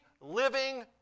living